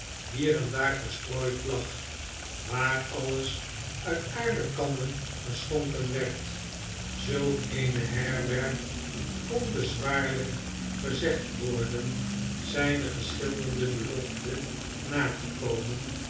hier en daar verstrooid lag waar alles uit aarden kannen geschonken werd zulk eene herberg kon bezwaarljjk gezegd worden zgne geschilderde belofte na te komen